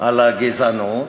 על הגזענות.